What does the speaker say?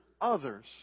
others